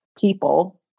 people